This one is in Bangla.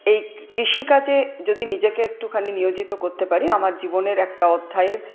এই কৃষিকাজে যদি নিজেকে একটুখানি নিয়োজিত করতে পারি আমার জীবনের একটা অধ্যায়ের